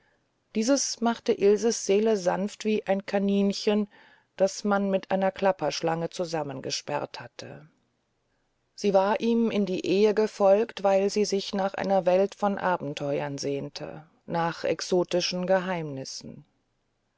dieses machte ilses seele sanft wie ein kaninchen das man mit einer klapperschlange zusammengesperrt hat und sie war ihm in die ehe gefolgt weil sie sich nach einer welt von abenteuern sehnte nach exotischen geheimnissen